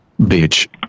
Bitch